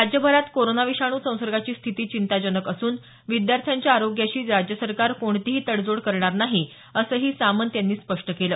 राज्यभरात कोरोना विषाणू संसर्गाची स्थिती चिंताजनक असून विद्यार्थ्यांच्या आरोग्याशी राज्यसरकार कोणतीही तडजोड करणार नाही असंही सामंत यांनी स्पष्ट केलं